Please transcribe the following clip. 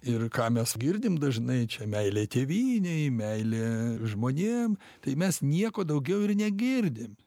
ir ką mes girdim dažnai čia meilė tėvynei meilė žmonėm tai mes nieko daugiau ir negirdim